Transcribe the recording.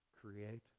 create